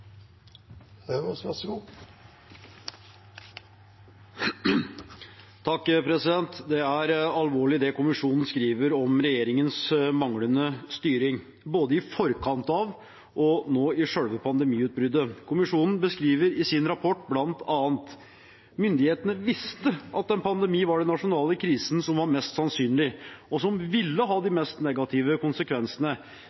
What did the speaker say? alvorlig det kommisjonen skriver om regjeringens manglende styring, både i forkant av og nå i selve pandemiutbruddet. Kommisjonen beskriver i sin rapport bl.a. at: «Myndighetene visste at en pandemi var den nasjonale krisen som var mest sannsynlig, og som ville ha de